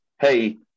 hey